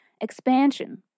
expansion